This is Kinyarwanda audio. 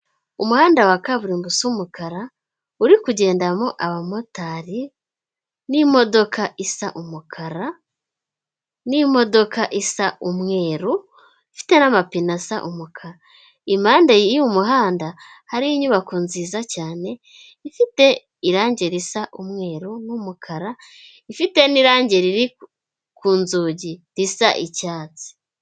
Umuhanda wa kaburimbo usa umukara uri kugendamo abamotari n'imodoka isa umukara, n'imodoka isa umweru, ifite n'amapine asa umukara impande y'uyu muhanda hariho inyubako nziza cyane ifite irangi risa umweru n'umukara ifite n'irangi riri ku nzugi risa icyatsi.